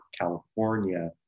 California